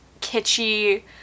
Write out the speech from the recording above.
kitschy